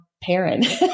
parent